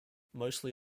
mostly